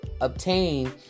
obtain